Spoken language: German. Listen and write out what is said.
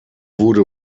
wurde